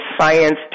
Science